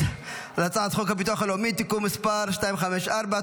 על חוק הביטוח הלאומי (תיקון מס' 254),